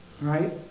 Right